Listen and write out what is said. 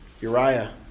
Uriah